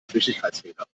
flüchtigkeitsfehler